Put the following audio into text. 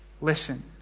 Listen